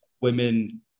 women